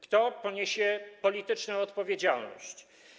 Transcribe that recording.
Kto poniesie polityczną odpowiedzialność?